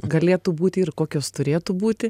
galėtų būti ir kokios turėtų būti